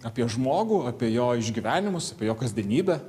apie žmogų apie jo išgyvenimus apie jo kasdienybę